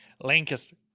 Lancaster